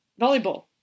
volleyball